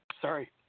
Sorry